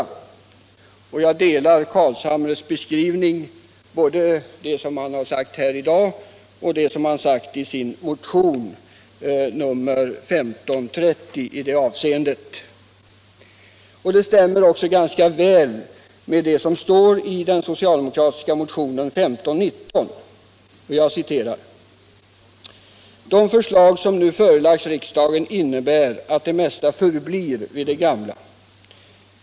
I det avseendet instämmer jag i herr Carlshamres beskrivning — både den han har gjort här i dag och den han gör i sin motion 1530. Den stämmer också ganska väl med det som står i den socialdemokratiska motionen 1519: ”De förslag som nu förelagts riksdagen innebär att det mesta förblir vid det gamla.